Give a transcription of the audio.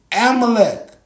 Amalek